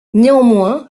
néanmoins